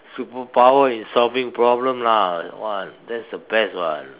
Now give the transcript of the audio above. superpower in solving problem lah that one that's the best one